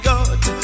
God